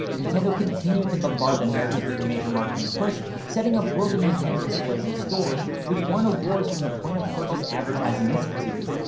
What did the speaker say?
nintendo continued to bombard the americas with a major marketing push, setting up world of nintendo displays in stores, which won awards from the point of purchase advertising institute.